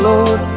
Lord